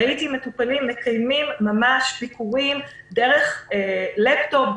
ראיתי מטופלים מקיימים ממש ביקורים דרך לפטופ,